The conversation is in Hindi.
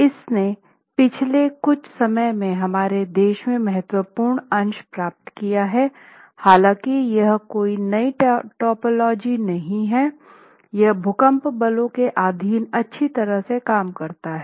इसने पिछले कुछ समय में हमारे देश में महत्वपूर्ण अंश प्राप्त किया है हालाँकि यह कोई नई टाइपोलॉजी नहीं है यह भूकंप बलों के अधीन अच्छी तरह से काम करता है